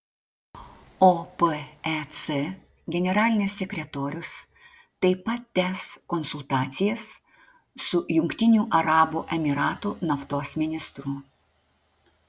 opec generalinis sekretorius taip pat tęs konsultacijas su jungtinių arabų emyratų naftos ministru